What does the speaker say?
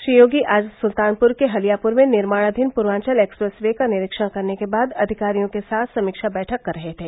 श्री योगी आज सुल्तानपुर के हलियापुर में निर्माणाधीन पूर्वाचल एक्सप्रेस वे का निरीक्षण करने के बाद अधिकारियों के साथ समीक्षा बैठंक कर रहे थे